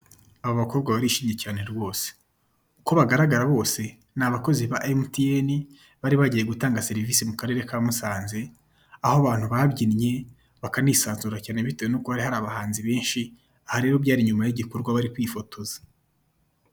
Aba bakobwa barishimye cyane rwose uko bagaragara bose ni abakozi ba emutiyeni bari bagiye gutanga serivise mu karere ka Musanze, aho abantu babyinnye bakanisanzura cyane bitewe nuko hari hari abahanzi benshi, aha rero byari nyuma y'igikorwa bari kwifotoza.